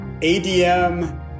ADM